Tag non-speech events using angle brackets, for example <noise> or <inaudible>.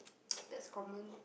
<noise> that's common